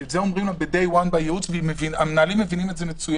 ואת זה אומרים לה ביום הראשון בייעוץ והמנהלים מבינים את זה מצוין,